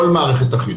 כל מערכת החינוך.